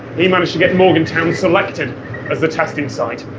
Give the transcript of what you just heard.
he managed to get morgantown selected as the testing site.